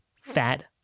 fat